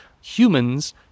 humans